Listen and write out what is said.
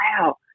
wow